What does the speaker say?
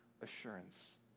assurance